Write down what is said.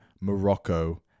Morocco